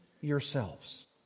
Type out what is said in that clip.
yourselves